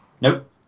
Nope